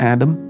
Adam